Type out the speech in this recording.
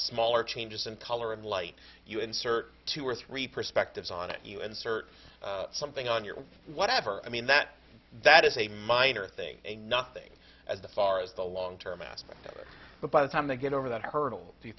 smaller changes in color and light you insert two or three perspectives on it you insert something on your whatever i mean that that is a minor thing a nothing as the far as the long term aspect of it but by the time they get over that hurdle do you